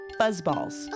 Buzzballs